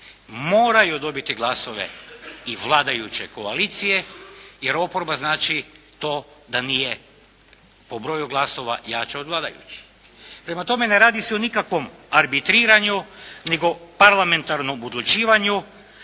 moraju dobiti glasove i vladajuće koalicije jer oporba znači to da nije po broju glasova jača od vladajućih. Prema tome, ne radi se o nikakvom arbitriranju nego parlamentarnom odlučivanju.